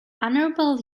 honorable